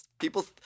people